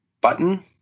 button